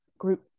Group